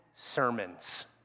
sermons